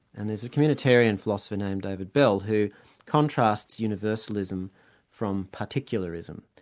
and there's a communitarian philosopher named david bell who contrasts universalism from particularism,